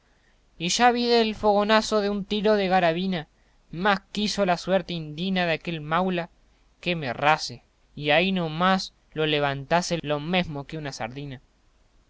y ya vide el fogonazo de un tiro de garabina mas quiso la suerte indina de aquel maula que me errase y ahi no más lo levantase lo mesmo que una sardina